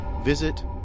visit